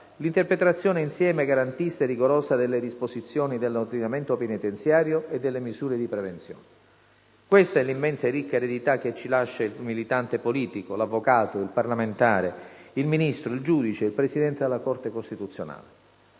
l'interpretazione insieme garantista e rigorosa delle disposizioni dell'ordinamento penitenziario e delle misure di prevenzione. Questa è 1'immensa e ricca eredità che ci lascia il militante politico, 1'avvocato, il parlamentare, il ministro, il giudice, il presidente della Corte costituzionale